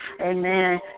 Amen